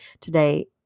Today